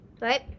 Right